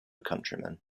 countrymen